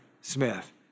Smith